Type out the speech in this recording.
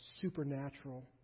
supernatural